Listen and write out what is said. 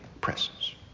presence